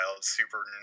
super